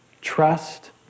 trust